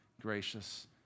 gracious